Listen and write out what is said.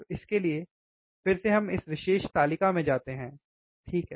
तो इसके लिए फिर से हम इस विशेष तालिका में जाते हैं ठीक है